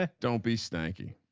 ah don't be snarky.